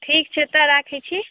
ठीक छै तऽ राखैत छी